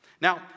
Now